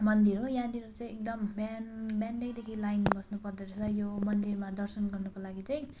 मन्दिर हो यहाँनिर चाहिँ एकदम बिहान बिहानैदेखि लाइन बस्नु पर्दो रहेछ यो मन्दिरमा दर्शन गर्नुको लागि चाहिँ